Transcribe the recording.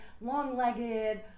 long-legged